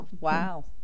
Wow